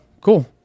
cool